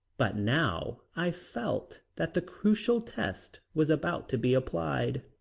but now i felt that the crucial test was about to be applied.